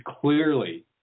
clearly